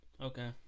Okay